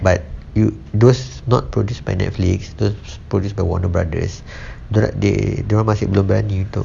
but you those not produce by Netflix is those produced by Warner Brothers the they dia orang masih belum berani untuk